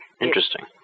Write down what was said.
Interesting